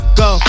go